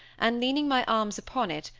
and leaning my arms upon it,